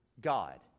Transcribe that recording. God